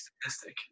statistic